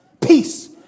Peace